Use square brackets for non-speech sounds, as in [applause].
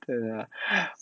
对啦 [noise]